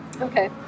Okay